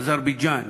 אזרבייג'ן,